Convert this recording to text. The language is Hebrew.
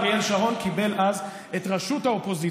אריאל שרון קיבל אז את ראשות האופוזיציה.